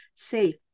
safe